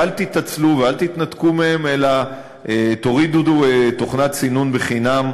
ואל תתעצלו ואל תתנתקו מהם אלא תורידו תוכנת סינון חינם